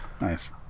Nice